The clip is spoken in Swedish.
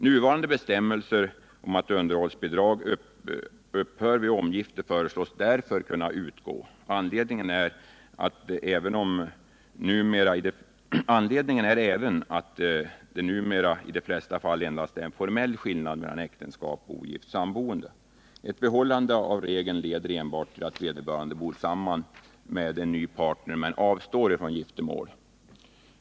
Nuvarande bestämmelser om att underhållsbidrag upphör vid omgjifte föreslås därför kunna utgå. Motivet för ett sådant förslag är även att det numera i de flesta fall endast är en formell skillnad mellan äktenskap och ogift samboende. Ett behållande av regeln leder enbart till att vederbörande bor samman med ny partner men avstår från giftermål.